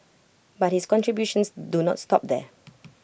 but his contributions do not stop there